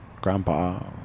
Grandpa